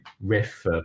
riff